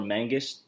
Mangus